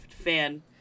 fan